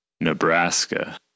Nebraska